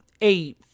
eight